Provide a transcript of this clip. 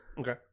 Okay